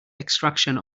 extraction